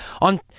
On